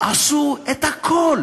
עשו הכול